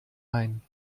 ein